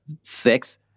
Six